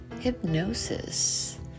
hypnosis